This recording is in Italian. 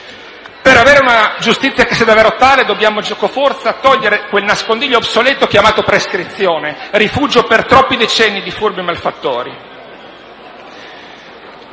Per avere una giustizia che sia davvero tale, dobbiamo giocoforza togliere quel nascondiglio obsoleto chiamato prescrizione, rifugio per troppi decenni di furbi e malfattori.